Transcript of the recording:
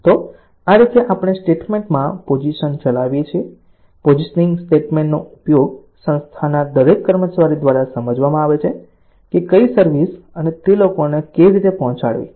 તો આ રીતે આપણે સ્ટેટમેન્ટમાં પોઝિશન ચલાવીએ છીએ પોઝિશનિંગ સ્ટેટમેન્ટનો ઉપયોગ સંસ્થાના દરેક કર્મચારી દ્વારા સમજવામાં આવે છે કે કઈ સર્વિસ અને તે લોકોને કેવી રીતે પહોંચાડવી છે